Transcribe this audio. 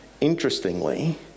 Interestingly